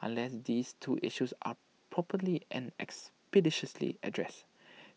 unless these two issues are properly and expeditiously addressed